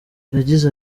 yagize